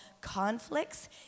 conflicts